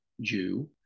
Jew